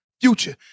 future